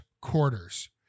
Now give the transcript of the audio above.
quarters